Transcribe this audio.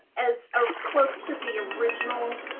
as ah close to the original